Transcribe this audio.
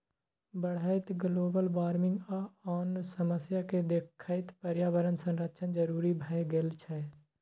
बढ़ैत global warming आ आन समस्या केँ देखैत पर्यावरण संरक्षण जरुरी भए गेल छै